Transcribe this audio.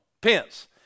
Pence